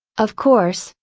of course,